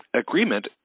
agreement